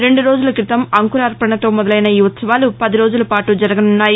రెండు రోజుల క్రితం అంకురార్పణతో మొదలైన ఈ ఉత్సవాలు పదిరోజుల పాటు జరగనున్నాయి